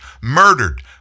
Murdered